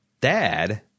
Dad